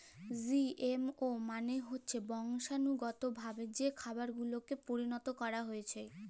GMO মালে হচ্যে বংশালুগতভাবে যে খাবারকে পরিলত ক্যরা হ্যয়েছে